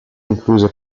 incluse